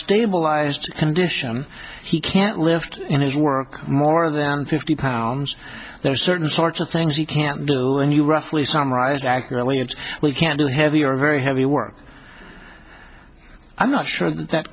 stabilized and dition he can't lift in his work more than fifty pounds there are certain sorts of things you can't know and you roughly summarized accurately and we can do heavy or very heavy work i'm not sure that that